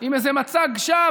עם איזה מצג שווא,